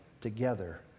together